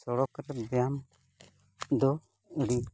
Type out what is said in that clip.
ᱥᱚᱲᱚᱠ ᱠᱟᱛᱮᱫ ᱵᱮᱭᱟᱢ ᱫᱚ ᱟᱹᱰᱤ